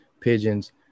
pigeons